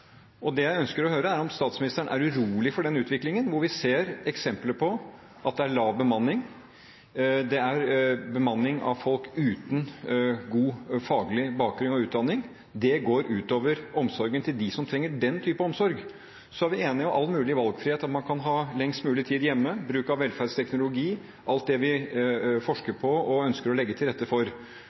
Det jeg ønsker å høre, er om statsministeren er urolig for denne utviklingen, hvor vi ser eksempler på at det er lav bemanning, det er bemanning av folk uten god faglig bakgrunn og utdanning. Det går ut over omsorgen til dem som trenger den typen omsorg. Så er vi enige om all mulig valgfrihet, at man kan ha lengst mulig tid hjemme, bruk av velferdsteknologi, alt det vi forsker på og ønsker å legge til rette for,